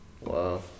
Wow